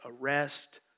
arrest